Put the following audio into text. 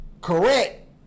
Correct